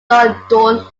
loudoun